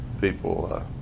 people